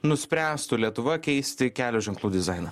nuspręstų lietuva keisti kelio ženklų dizainą